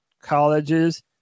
colleges